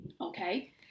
Okay